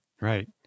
Right